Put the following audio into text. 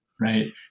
right